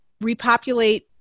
repopulate